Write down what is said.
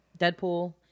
Deadpool